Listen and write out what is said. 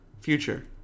future